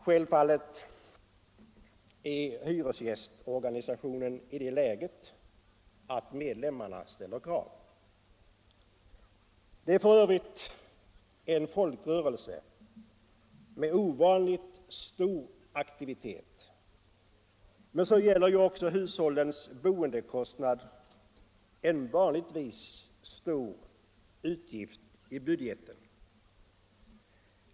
Självfallet är hyresgästorganisationen i det läget att medlemmarna ställer krav. Det är f. ö. en folkrörelse med ovanligt stor aktivitet, men så gäller ju också hushållens boendekostnad en vanligtvis stor utgift i budgeten.